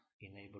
enable